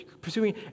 pursuing